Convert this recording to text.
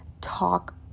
talk